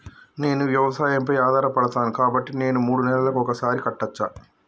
నేను వ్యవసాయం పై ఆధారపడతాను కాబట్టి నేను మూడు నెలలకు ఒక్కసారి కట్టచ్చా?